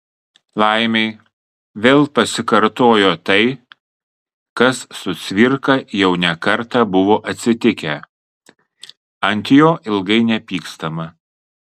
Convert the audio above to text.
laimei vėl pasikartojo tai kas su cvirka jau ne kartą buvo atsitikę ant jo ilgai nepykstama